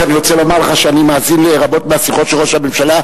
רק אני רוצה לומר לך שאני מאזין לרבות מהשיחות של ראש הממשלה,